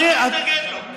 למה אתה מתנגד לו?